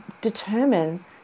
determine